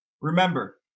remember